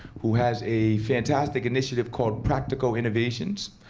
who has a fantastic initiative called, practico innovations,